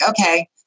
okay